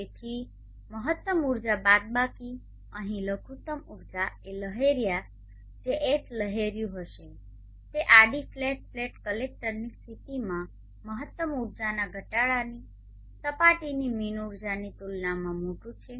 તેથી મહત્તમ ઉર્જા બાદબાકી અહીં લઘુતમ ઉર્જા એ લહેરિયાં જે એચ લહેરિયું હશે તે આડી ફ્લેટ પ્લેટ કલેક્ટરની સ્થિતિમાં મહત્તમ ઉર્જાના ઘટાડાની સપાટીની મીન ઉર્જાની તુલનામાં મોટું છે